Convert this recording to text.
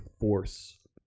force